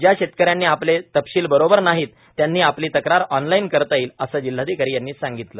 ज्या शेतक यांनी आपले तपशील बरोबर नाहीत त्यांना आपली तक्रार ऑनलाईन करता येईल असे जिल्हाधिकारी यांनी सांगितले